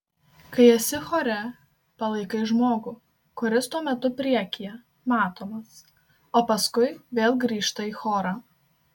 kai esi chore palaikai žmogų kuris tuo metu priekyje matomas o paskui vėl grįžta į chorą